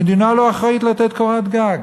המדינה לא אחראית לתת קורת גג.